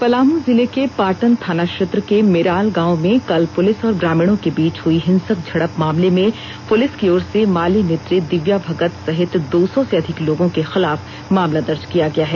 पलामू जिले के पाटन थाना क्षेत्र के मेराल गांव में कल पुलिस और ग्रामीणों के बीच हई हिंसक झड़प मामले में पुलिस की ओर से माले नेत्री दिव्या भगत सहित दो सौ से अधिक लोगों के खिलाफ मामला दर्ज किया गया है